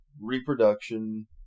Reproduction